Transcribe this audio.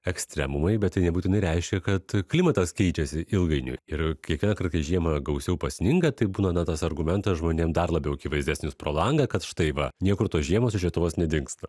ekstremumai bet tai nebūtinai reiškia kad klimatas keičiasi ilgainiui ir kiekvienąkart kai žiemą gausiau pasninga tai būna na tas argumentas žmonėm dar labiau akivaizdesnis pro langą kad štai va niekur tos žiemos iš lietuvos nedingsta